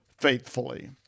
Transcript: faithfully